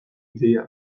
ideia